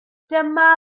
dyma